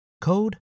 code